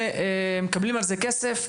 הם מקבלים על זה כסף.